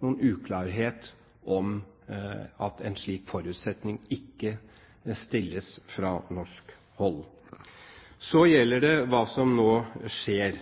noen uklarhet om at en slik forutsetning ikke stilles fra norsk hold. Så gjelder det hva som nå skjer.